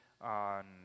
on